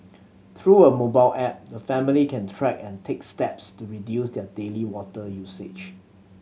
through a mobile app the family can track and take steps to reduce their daily water usage